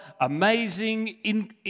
amazing